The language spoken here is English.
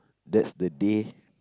that's the day